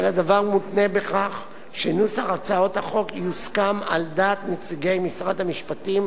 אבל הדבר מותנה בכך שנוסח הצעות החוק יוסכם על דעת נציגי משרד המשפטים,